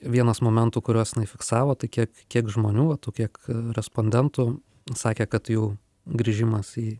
vienas momentų kuriuos jinai fiksavo tai kiek kiek žmonių va tų kiek respondentų sakė kad jų grįžimas į